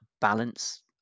balance